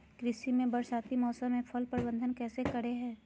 कृषि में बरसाती मौसम में जल प्रबंधन कैसे करे हैय?